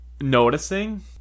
noticing